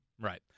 Right